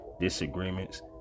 disagreements